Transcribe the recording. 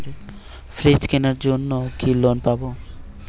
Fridge কেনার জন্য কি লোন পাব?